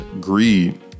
greed